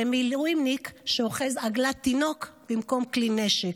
/ ומילואימניק שאוחז / עגלת תינוק במקום כלי נשק.